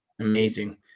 Amazing